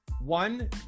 One